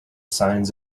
signs